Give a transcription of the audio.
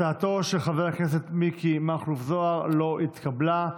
הצעתו של חבר הכנסת מיקי מכלוף זוהר לא התקבלה.